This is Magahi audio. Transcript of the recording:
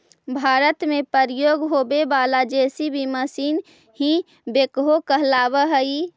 भारत में प्रयोग होवे वाला जे.सी.बी मशीन ही बेक्हो कहलावऽ हई